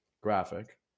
graphic